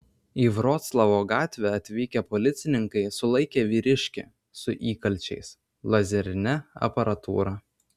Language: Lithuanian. į vroclavo gatvę atvykę policininkai sulaikė vyriškį su įkalčiais lazerine aparatūra